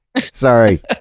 Sorry